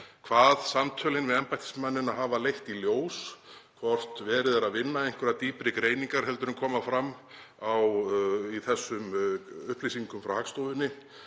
hvað samtölin við embættismennina hafa leitt í ljós, hvort verið er að vinna einhverjar dýpri greiningar heldur en koma fram í þessum upplýsingum frá Hagstofunni